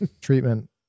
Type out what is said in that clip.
treatment